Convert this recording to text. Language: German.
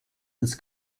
des